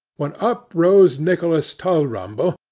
when up rose nicholas tulrumble,